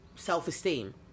self-esteem